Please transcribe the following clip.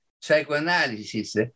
psychoanalysis